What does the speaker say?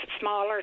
smaller